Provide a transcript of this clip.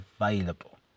available